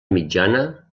mitjana